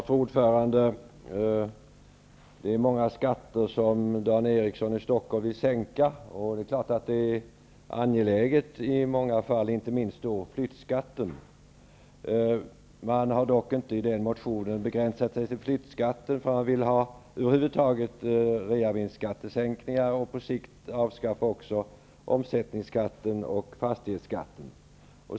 Fru talman! Dan Eriksson i Stockholm vill sänka många skatter. Det är klart att det är angeläget i många fall, inte minst när det gäller flyttskatten. I motionen har man emellertid inte begränsat sig till flyttskatten. Man vill över huvud taget göra reavinstskattesänkningar och på sikt avskaffa även omsättningsskatten och fastighetsskatten.